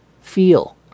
feel